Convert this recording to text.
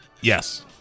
Yes